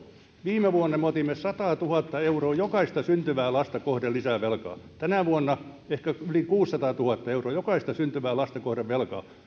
viime vuonna me otimme satatuhatta euroa jokaista syntyvää lasta kohden lisää velkaa tänä vuonna ehkä yli kuusisataatuhatta euroa jokaista syntyvää lasta kohden velkaa